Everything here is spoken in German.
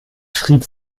schrieb